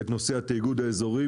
את נושא התאגוד האזורי,